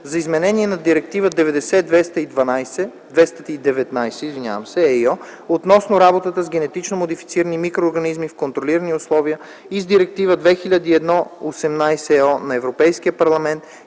за изменение на Директива 90/219/ЕИО относно работата с генетично модифицирани микроорганизми в контролирани условия и с Директива 2001/18/ЕО на Европейския парламент